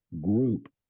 group